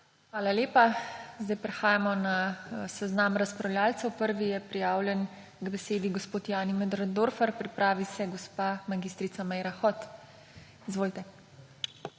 Hvala lepa. Sedaj prehajamo na seznam razpravljavcev. Prvi je prijavljen k besedi gospod Jani Möderndorfer. Pripravi se gospa mag. Meira Hot. Izvolite.